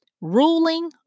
ruling